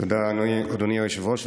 תודה, אדוני היושב-ראש.